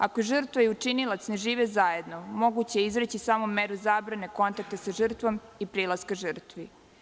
Ako žrtva i učinilac ne žive zajedno, moguće je izreći samo meru zabrane kontakta sa žrtvom i prilaska žrtvi.